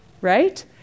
right